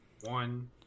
one